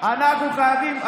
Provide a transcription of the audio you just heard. אנחנו חייבים,